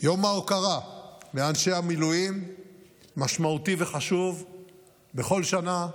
יום ההוקרה לאנשי המילואים משמעותי וחשוב בכל שנה,